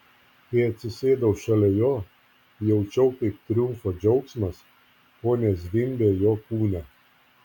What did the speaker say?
kai atsisėdau šalia jo jaučiau kaip triumfo džiaugsmas kone zvimbia jo kūne